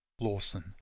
Lawson